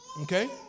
Okay